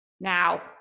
now